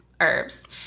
herbs